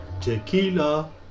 Tequila